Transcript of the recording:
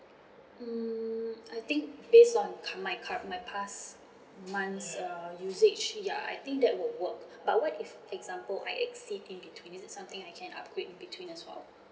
mm I think based on c~ my cu~ my past month's uh usage ya I think that would work but what if example I exceed in between is it something I can upgrade in between as well